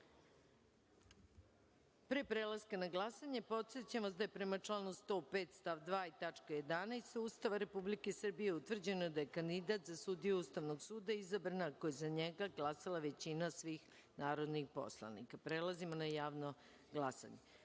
prelaska na glasanje, podsećam vas da je prema članu 105. stav 2. i tačka 11) Ustava Republike Srbije utvrđeno da je kandidat za sudiju Ustavnog suda izabran, ako je za njega glasala većina od svih narodnih poslanika. Prelazimo na javno glasanje. Stavljam